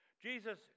Jesus